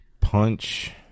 punch